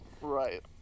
right